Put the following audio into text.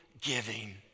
giving